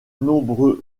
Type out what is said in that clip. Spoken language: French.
nombreux